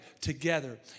together